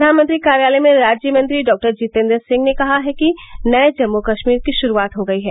प्रधानमंत्री कार्यालय में राज्यमंत्री डॉ जितेन्द्र सिंह ने कहा है कि नये जम्मू कश्मीर की शुरुआत हो गई है